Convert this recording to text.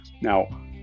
Now